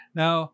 now